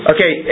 Okay